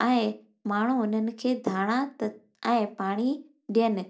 ऐं माण्हू उन्हनि खे धाणा त ऐं पाणी ॾेयनि